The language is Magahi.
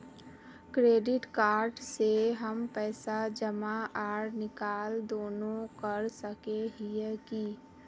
क्रेडिट कार्ड से हम पैसा जमा आर निकाल दोनों कर सके हिये की?